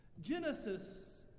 genesis